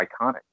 iconic